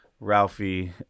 Ralphie